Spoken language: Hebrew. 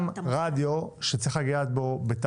רדיו שבדרך כלל צריך לגעת בו.